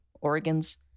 organs